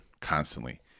constantly